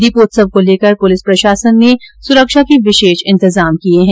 दीपोत्सव को लेकर पुलिस प्रशासन ने सुरक्षा के विशेष इंतजाम किये है